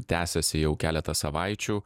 tęsiasi jau keletą savaičių